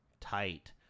tight